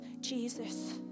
Jesus